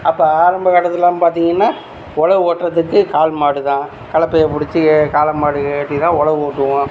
அப்போ ஆரம்பக் கட்டத்திலலாம் பார்த்தீங்கன்னா உழவு ஓட்டுறதுக்கு காளைமாடு தான் கலப்பையை பிடிச்சி ஏ காளமாடு ஏற்றி தான் உழவூட்டுவோம்